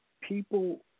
people